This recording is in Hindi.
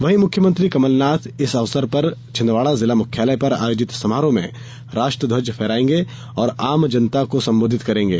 वहीं मुख्यमंत्री कमलनाथ इस अवसर पर छिंदवाड़ा जिला मुख्यालय पर आयोजित समारोह में राष्ट्रध्वज फहरायेंगे और आम जनता को संबोधित करेंगे